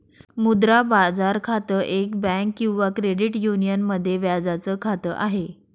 मुद्रा बाजार खातं, एक बँक किंवा क्रेडिट युनियन मध्ये व्याजाच खात आहे